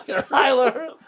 Tyler